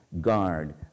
guard